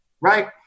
Right